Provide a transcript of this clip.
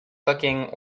clicking